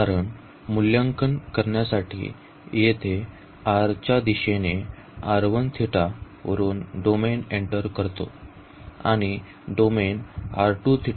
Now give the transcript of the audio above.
कारण मूल्यांकन करण्यासाठी येथे r च्या दिशेने वरून डोमेन एंटर करतो आणि डोमेन पासून एक्झिट करतो